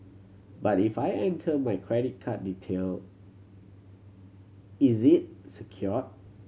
but if I enter my credit card detail is it secure